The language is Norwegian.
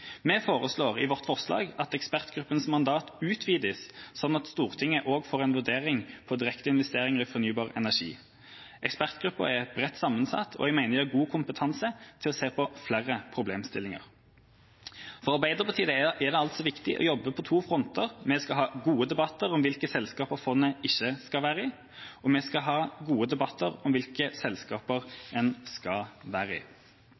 Vi foreslår at ekspertgruppas mandat utvides, slik at Stortinget får en vurdering på direkteinvesteringer i fornybar energi. Ekspertgruppa er bredt sammensatt, og jeg mener den har god kompetanse til å se på flere problemstillinger. For Arbeiderpartiet er det viktig å jobbe på to fronter: Vi skal ha gode debatter om hvilke selskaper fondet ikke skal være i, og vi skal ha gode debatter om hvilke selskaper det skal være